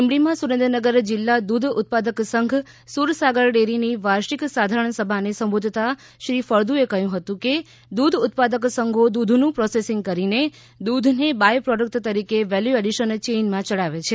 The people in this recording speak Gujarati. લીંબડીમાં સુરેન્દ્રનગર જિલ્લા દૂધ ઉત્પાદક સંધ સૂરસાગર ડેરીની વાર્ષિક સાધારણ સભાને સંબોધતા શ્રી ફળદુચે કહ્યું કે દૂધ ઉત્પાદક સંઘો દૂધનું પ્રોસેસિંગ કરીને દૂધને બાય પ્રોડક્ટ તરીકે વેલ્યુ એડીશન ચેઈનમાં ચડાવે છે